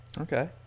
okay